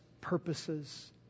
purposes